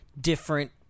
different